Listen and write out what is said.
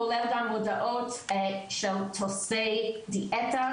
כולל גם הודעות של תוספי דיאטה,